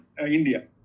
India